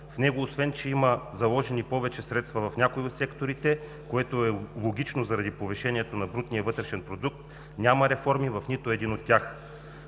в него, освен че са заложени повече средства в някои от секторите, което е логично заради повишението на брутния вътрешен продукт, няма реформи в нито един от тях.